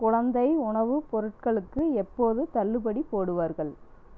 குழந்தை உணவு பொருட்களுக்கு எப்போது தள்ளுபடி போடுவார்கள்